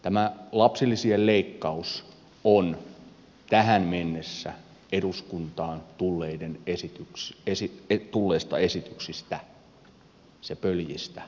tämä lapsilisien leikkaus on tähän mennessä eduskuntaan tulleista esityksistä se pöljistä pöljin